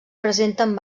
presenten